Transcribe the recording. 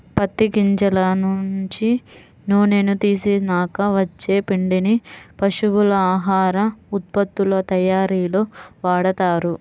పత్తి గింజల నుంచి నూనెని తీసినాక వచ్చే పిండిని పశువుల ఆహార ఉత్పత్తుల తయ్యారీలో వాడతారు